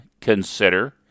consider